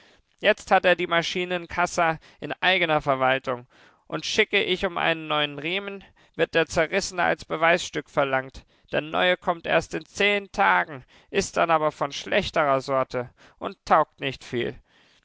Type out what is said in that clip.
jetzt hat er die maschinenkassa in eigener verwaltung und schicke ich um einen neuen riemen wird der zerrissene als beweisstück verlangt der neue kommt erst in zehn tagen ist dann aber von schlechterer sorte und taugt nicht viel